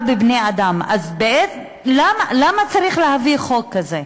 אז למה צריך להביא חוק כזה?